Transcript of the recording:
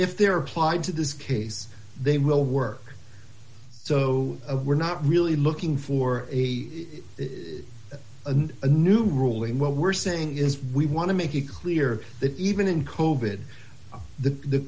if they're applied to this case they will work so we're not really looking for a and a new ruling what we're saying is we want to make it clear that even in